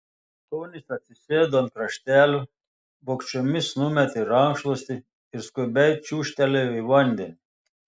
tonis atsisėdo ant kraštelio vogčiomis numetė rankšluostį ir skubiai čiūžtelėjo į vandenį